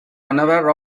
unaware